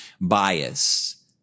bias